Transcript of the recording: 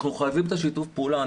אנחנו חייבים את שיתוף הפעולה.